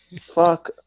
Fuck